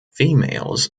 females